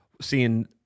seeing